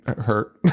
hurt